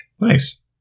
Nice